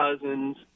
Cousins